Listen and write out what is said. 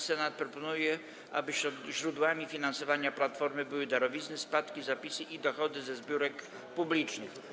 Senat proponuje, aby źródłami finansowania platformy były: darowizny, spadki, zapisy i dochody ze zbiórek publicznych.